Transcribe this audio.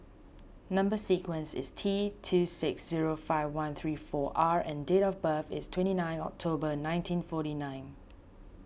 Number Sequence is T two six zero five one three four R and date of birth is twenty nine October nineteen forty nine